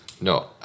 No